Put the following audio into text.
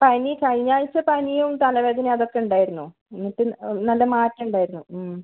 പനി കഴിഞ്ഞ ആഴ്ച പനിയും തലവേദനയും അതൊക്കെ ഉണ്ടായിരുന്നു എന്നിട്ട് നല്ല മാറ്റം ഉണ്ടായിരുന്നു